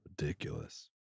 Ridiculous